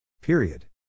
Period